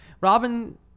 Robin